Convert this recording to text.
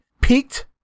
peaked